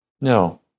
No